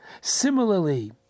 Similarly